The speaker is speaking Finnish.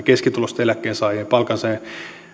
keskituloisten eläkkeensaajien ja palkansaajien